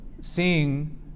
seeing